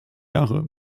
jahre